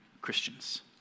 Christians